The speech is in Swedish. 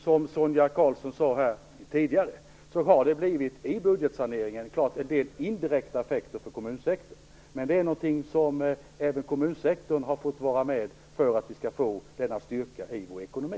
Som Sonia Karlsson sade här tidigare har det i budgetsaneringen blivit en del indirekta effekter för kommunsektorn, men även kommunsektorn har fått vara med och bidra för att vi skall få denna styrka i vår ekonomi.